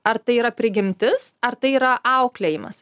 ar tai yra prigimtis ar tai yra auklėjimas